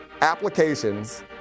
applications